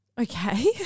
Okay